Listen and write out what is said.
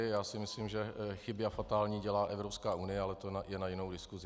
Já si myslím, že chyby, a fatální, dělá Evropská unie, ale to je na jinou diskusi.